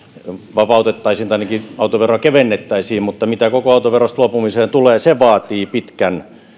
vapautettaisiin tai ainakin autoveroa kevennettäisiin mutta mitä koko autoverosta luopumiseen tulee se vaatii pitkän